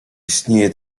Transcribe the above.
istnieję